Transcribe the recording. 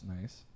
nice